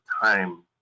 time